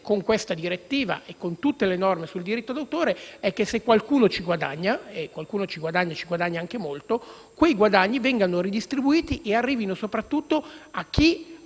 con questa direttiva e con tutte le norme sul diritto d'autore è che, se qualcuno ci guadagna (e qualcuno ci guadagna anche molto), quei guadagni vengano redistribuiti e arrivino soprattutto a chi